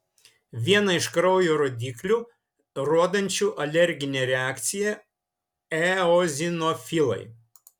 viena iš kraujo rodiklių rodančių alerginę reakciją eozinofilai